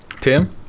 tim